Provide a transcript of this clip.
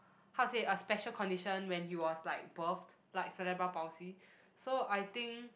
how to say a special condition when he was like birhted like cerebral-palsy so I think